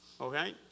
okay